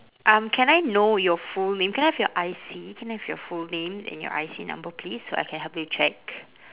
um can I know your full name can I have your I_C can I have your full name and your I_C number please so I can help you check